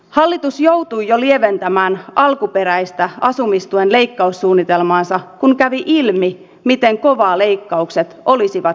hallitus joutui jo lieventämään alkuperäistä asumistuen leikkaussuunnitelmaansa kun kävi ilmi miten kovaa leikkaukset olisivat iskeneet